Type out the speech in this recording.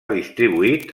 distribuït